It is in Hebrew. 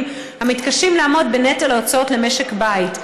המתקשים לעמוד בנטל ההוצאות למשק בית.